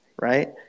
Right